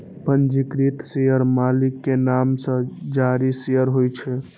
पंजीकृत शेयर मालिक के नाम सं जारी शेयर होइ छै